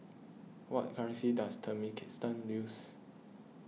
what currency does Turkmenistan use